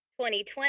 2020